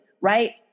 Right